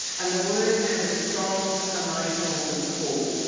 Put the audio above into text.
and the words have a strong emotional pull.